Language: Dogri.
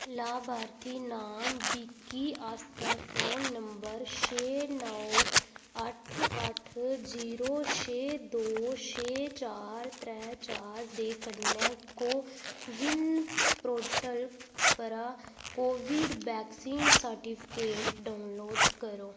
लाभार्थी नांऽ विक्की आस्तै फोन नंबर छे नौ अट्ठ अट्ठ जीरो छे दौ छे चार त्रै चार कन्नै को विन प्रोटल परा कोविड वैक्सीन सर्टिफिकेट डाउनलोड करो